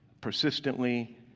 persistently